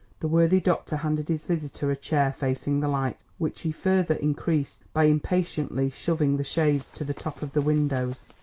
the worthy doctor handed his visitor a chair facing the light, which he further increased by impatiently shoving the shades to the top of the windows.